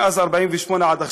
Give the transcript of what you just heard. מאז 48' עד עכשיו,